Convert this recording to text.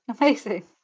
Amazing